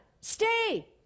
stay